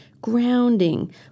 grounding